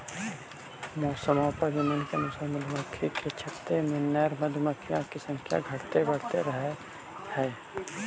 मौसम और प्रजनन के अनुसार मधुमक्खी के छत्ते में नर मधुमक्खियों की संख्या घटते बढ़ते रहअ हई